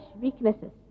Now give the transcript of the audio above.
weaknesses